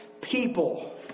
people